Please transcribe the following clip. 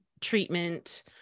treatment